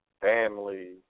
family